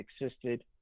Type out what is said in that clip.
existed